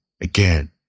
again